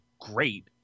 great